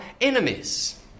enemies